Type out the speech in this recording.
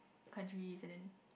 countries and then